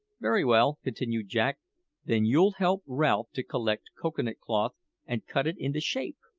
very well, continued jack then you'll help ralph to collect cocoa-nut cloth and cut it into shape,